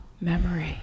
memory